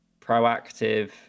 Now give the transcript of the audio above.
proactive